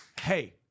hey